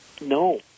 no